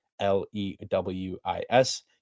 L-E-W-I-S